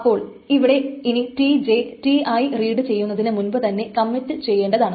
അപ്പോൾ ഇവിടെ ഇനി Tj Ti റീഡ് ചെയ്യുന്നതിനു മുൻപു തന്നെ കമ്മിറ്റ് ചെയ്യേണ്ടതാണ്